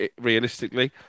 realistically